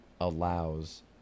allows